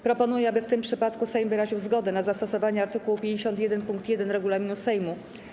Proponuję, aby w tym przypadku Sejm wyraził zgodę na zastosowanie art. 51 pkt 1 regulaminu Sejmu.